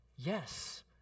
Yes